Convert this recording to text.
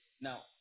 Now